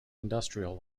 industrial